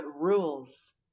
rules